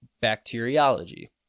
bacteriology